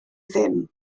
ddim